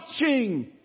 watching